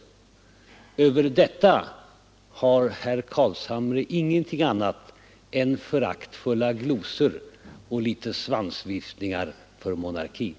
För detta har herr Carlshamre ingenting annat till övers än föraktfulla glosor och litet svansviftningar för monarkin.